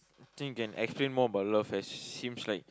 I think you can explain more about love as seems like